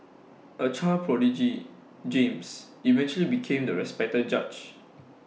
A child prodigy James eventually became the respected judge